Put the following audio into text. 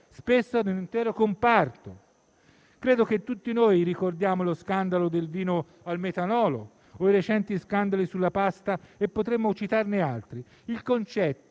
o a un intero comparto. Credo che tutti noi ricordiamo lo scandalo del vino al metanolo o i recenti scandali sulla pasta, e potremmo citarne altri.